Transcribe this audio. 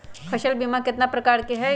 फसल बीमा कतना प्रकार के हई?